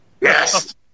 Yes